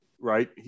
right